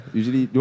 usually